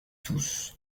tous